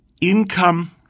income